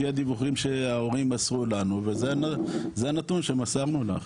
לפי הדיווחים שההורים מסרו לנו וזה הנתון שמסרנו לך.